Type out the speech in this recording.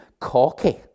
cocky